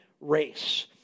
race